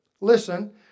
listen